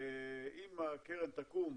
אם הקרן תקום